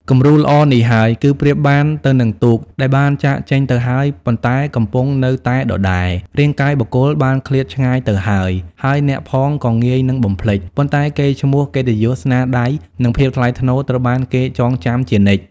គំរូល្អនេះហើយ គឺប្រៀបបានទៅនឹងទូក ដែលបានចាកចេញទៅហើយ ប៉ុន្តែកំពង់នៅតែដដែល។ រាងកាយបុគ្គលបានឃ្លាតឆ្ងាយទៅហើយ ហើយអ្នកផងក៏ងាយនិងបំភ្លេច ប៉ុន្តែកេរ្តិ៍ឈ្មោះ កិត្តិយស ស្នាដៃ និងភាពថ្លៃថ្នូរត្រូវបានគេចងចាំជានិច្ច។